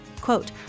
quote